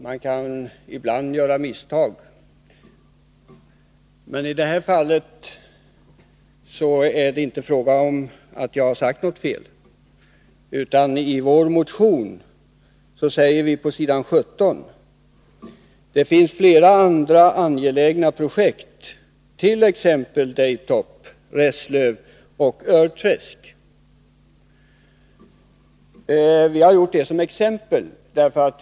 Man kan ibland göra misstag, men i detta fall har jag inte sagt fel. I vår motion 2246 säger vi nämligen på s. 17: ”Det finns flera andra angelägna projekt —t.ex. Day-top, Reslöv och Örträsk ———.” Vi har anfört dessa som exempel.